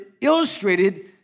illustrated